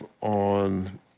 on